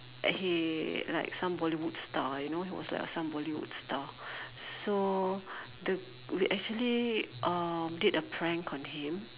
and he like some Bollywood star you know he was like a some Bollywood star so the we actually uh did a prank on him